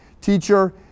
teacher